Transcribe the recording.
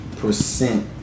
Percent